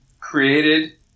created